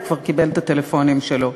הוא כבר קיבל את הטלפונים שלו.